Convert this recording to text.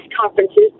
conferences